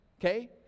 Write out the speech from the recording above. okay